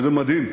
וזה מדהים,